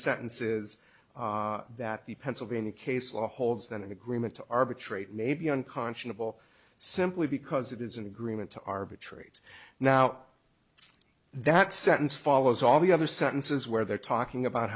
sentence is that the pennsylvania case law holds that an agreement to arbitrate may be unconscionable simply because it is an agreement to arbitrate now that sentence follows all the other sentences where they're talking about